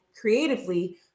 creatively